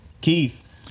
Keith